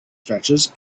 stretches